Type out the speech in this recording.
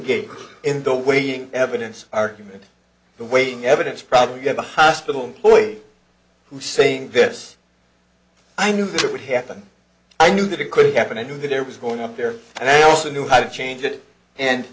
again in the waiting evidence argument the waiting evidence probably going to hospital employee who's saying this i knew this would happen i knew that it could happen i knew there was going up there and i also knew how to change it and